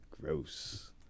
Gross